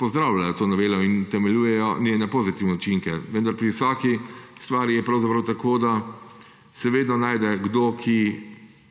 pozdravljajo to novelo in utemeljujejo njene pozitivne učinke. Vendar je pri vsaki stvari tako, da se vedno najde kdo, ki